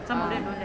ah